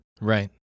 Right